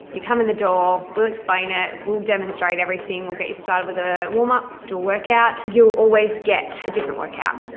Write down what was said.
you come in the door, we'll explain it, we'll demonstrate everything, we'll get you started with a warm up to work out, you always get a different workout.